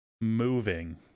moving